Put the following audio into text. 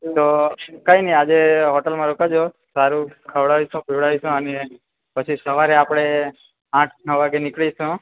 તો કઈ નહીં આજે હોટલમાં રોકાજો સારું ખવડાવીશું પીવડાવીશું અને પછી સવારે આપણે આઠ નવ વાગે નીકળીશું